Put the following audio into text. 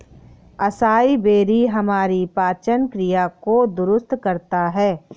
acai berry हमारी पाचन क्रिया को दुरुस्त करता है